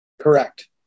Correct